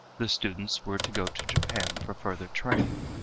the students were to go to japan for further training,